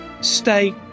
stay